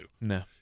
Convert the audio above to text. No